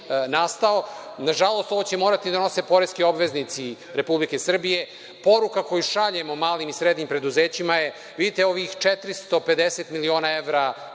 nastao. Nažalost ovo će morati da snose poreski obveznici Republike Srbije. Poruka koju šaljemo malim i srednjim preduzećima je vidite ovih 450 miliona evra